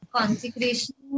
Consecration